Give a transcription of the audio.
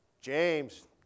James